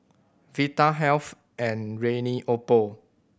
Vitahealth and Rene Oppo